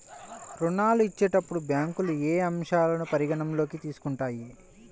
ఋణాలు ఇచ్చేటప్పుడు బ్యాంకులు ఏ అంశాలను పరిగణలోకి తీసుకుంటాయి?